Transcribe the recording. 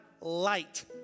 light